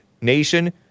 nation